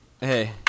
Hey